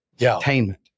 entertainment